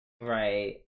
Right